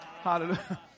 Hallelujah